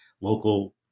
local